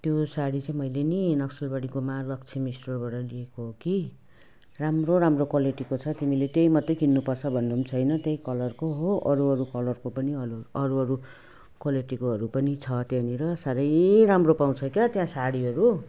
त्यो साडी चाहिँ मैले नि नक्सलबारीको महालक्ष्मी स्टोरबाट लिएको हो कि राम्रो राम्रो क्वालिटीको छ तिमीले त्यहीँ मात्रै किन्नुपर्छ भन्ने पनि छैन त्यही कलरको हो अरू अरू कलरको पनि हलौँ अरू अरू क्वालिटीकोहरू पनि छ त्यहाँनिर साह्रै राम्रो पाउँछ क्या त्यहाँ साडीहरू